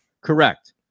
Correct